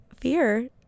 fear